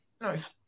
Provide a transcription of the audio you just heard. Nice